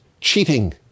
cheating